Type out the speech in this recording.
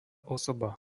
osoba